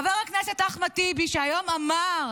חבר הכנסת אחמד טיבי, שהיום אמר